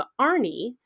Arnie